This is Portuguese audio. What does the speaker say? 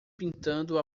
pintando